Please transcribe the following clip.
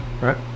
Right